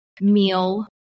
meal